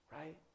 right